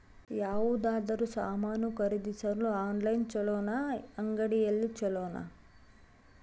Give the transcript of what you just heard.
ಯಾವುದಾದರೂ ಸಾಮಾನು ಖರೇದಿಸಲು ಆನ್ಲೈನ್ ಛೊಲೊನಾ ಇಲ್ಲ ಅಂಗಡಿಯಲ್ಲಿ ಛೊಲೊನಾ?